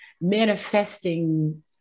manifesting